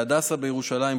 בהדסה בירושלים,